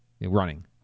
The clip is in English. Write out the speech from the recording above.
running